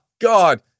God